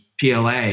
PLA